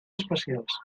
especials